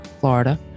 Florida